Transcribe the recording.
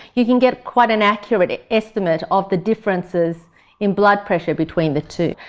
you can get quite an accurate estimate of the differences in blood pressure between the two.